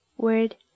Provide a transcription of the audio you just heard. Word